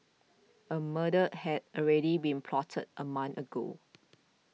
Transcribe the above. a murder had already been plotted a month ago